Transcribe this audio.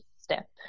step